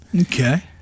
Okay